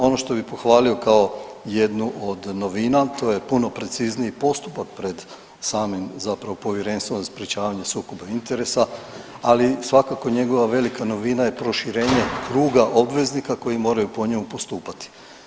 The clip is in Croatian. Ono što bi pohvalio kao jednu od novina, to je puno precizniji postupak pred samim zapravo Povjerenstvom za sprječavanje sukoba interesa, ali svakako njegova velika novina je proširenje kruga obveznika koji moraju po njemu postupati.